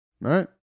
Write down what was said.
Right